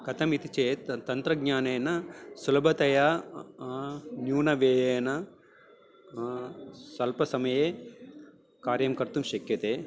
कथम् इति चेत् तन्त्रज्ञानेन सुलभतया न्यूनव्ययेन स्वल्पसमये कार्यं कर्तुं शक्यते